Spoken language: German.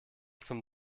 zum